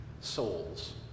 souls